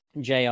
jr